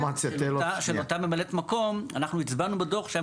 אותה ממלאת מקום אנחנו הצבענו בדוח שהיה